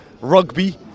rugby